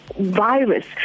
virus